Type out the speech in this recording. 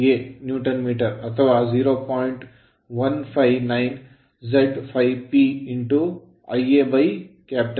ಆದ್ದರಿಂದ ಎಲ್ಲವನ್ನೂ ಬದಲಿಯಾಗಿ ಮಾಡಿದ ನಂತರ ನಾವು T Z∅LIr2πrlPA Nm ಪಡೆಯುತ್ತೇವೆ ಅಥವಾ ನಾವು T Z∅ Ia2π PA Nm ಅಥವಾ 0